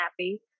happy